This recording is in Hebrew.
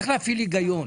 צריך להפעיל הגיון,